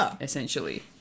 essentially